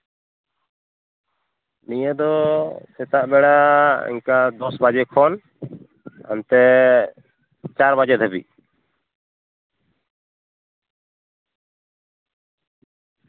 ᱱᱤᱭᱟᱹ ᱫᱚ ᱥᱮᱛᱟᱜ ᱵᱮᱲᱟ ᱚᱱᱠᱟ ᱫᱚᱥ ᱵᱟᱡᱮ ᱠᱷᱚᱱ ᱚᱱᱛᱮ ᱪᱟᱨ ᱵᱟᱡᱮ ᱫᱷᱟᱹᱵᱤᱡ